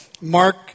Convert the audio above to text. Mark